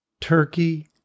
turkey